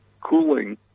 cooling